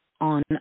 on